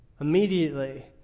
immediately